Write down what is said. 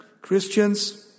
Christians